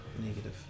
negative